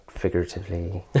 figuratively